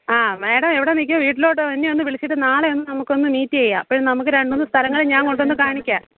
ആ മേടം എവിടെ നിക്കുവ വീട്ടിലോട്ട് എന്നെ ഒന്ന് വിളിച്ചിട്ട് നാളെ ഒന്ന് നമുക്ക് ഒന്ന് മീറ്റ് ചെയ്യാം അപ്പഴേ രണ്ട് മൂന്ന് സ്ഥലങ്ങള് ഞാന് കൊണ്ട് വന്ന് കാണിക്കാം